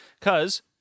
Cause